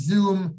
Zoom